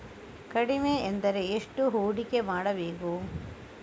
ಕಡಿಮೆ ಎಂದರೆ ಎಷ್ಟು ಹೂಡಿಕೆ ಮಾಡಬೇಕು?